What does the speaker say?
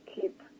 keep